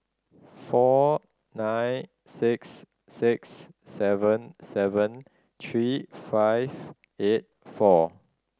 four nine six six seven seven three five eight four